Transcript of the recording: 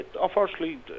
Unfortunately